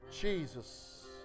Jesus